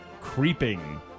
creeping